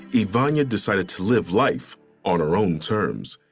yvonnya decided to live life on her own terms.